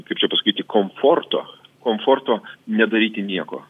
kaip čia pasakyti komforto komforto nedaryti nieko